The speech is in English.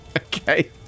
Okay